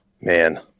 Man